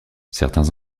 certains